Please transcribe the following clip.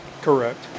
Correct